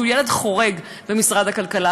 שהם ילד חורג במשרד הכלכלה,